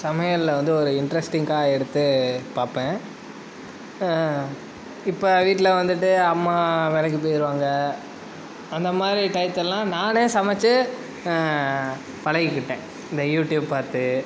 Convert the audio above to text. சமையலில் வந்து ஒரு இன்ட்ரஸ்டிங்காக எடுத்து பார்ப்பேன் இப்போ வீட்டில் வந்துட்டு அம்மா வேலைக்கு போயிடுவாங்க அந்த மாதிரி டயத்துலெல்லாம் நானே சமைத்து பழகிகிட்டேன் இந்த யூடியூப் பார்த்து